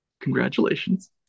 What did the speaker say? Congratulations